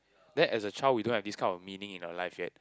that as a child we don't have this kind of meaning in our life yet